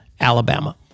Alabama